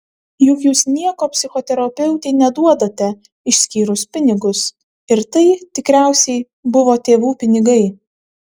juk jūs nieko psichoterapeutei neduodate išskyrus pinigus ir tai tikriausiai buvo tėvų pinigai